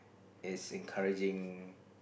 is encouraging